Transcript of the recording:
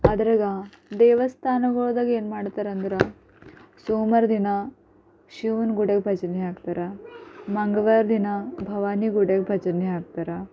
ಅದ್ರಾಗ ದೇವಸ್ಥಾನಗಳಾಗ ಏನು ಮಾಡ್ತಾರೆಂದ್ರೆ ಸೋಮ್ವಾರ ದಿನ ಶಿವನ ಗುಡಿಯಾಗ ಭಜನೆ ಹಾಕ್ತಾರೆ ಮಂಗಳ್ವಾರ ದಿನ ಭವಾನಿ ಗುಡಿಯಾಗ ಭಜನೆ ಹಾಕ್ತಾರ